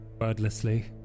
wordlessly